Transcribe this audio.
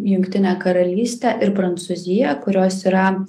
jungtinę karalystę ir prancūziją kurios yra